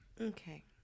Okay